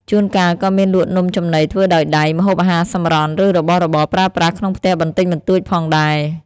ជួនកាលក៏មានលក់នំចំណីធ្វើដោយដៃ ម្ហូបអាហារសម្រន់ ឬរបស់របរប្រើប្រាស់ក្នុងផ្ទះបន្តិចបន្តួចផងដែរ។